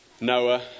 Noah